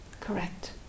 Correct